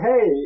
hey